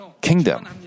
kingdom